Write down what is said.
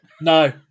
No